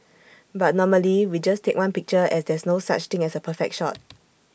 but normally we just take one picture as there's no such thing as A perfect shot